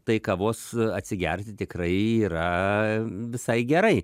tai kavos atsigerti tikrai yra visai gerai